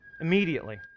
immediately